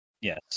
Yes